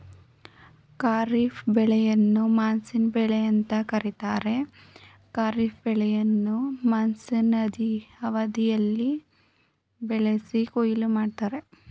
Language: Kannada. ಖಾರಿಫ್ ಬೆಳೆಗಳನ್ನು ಮಾನ್ಸೂನ್ ಬೆಳೆ ಅಂತ ಕರೀತಾರೆ ಖಾರಿಫ್ ಬೆಳೆಯನ್ನ ಮಾನ್ಸೂನ್ ಅವಧಿಯಲ್ಲಿ ಬೆಳೆಸಿ ಕೊಯ್ಲು ಮಾಡ್ತರೆ